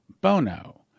Bono